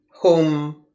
home